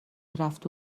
رفته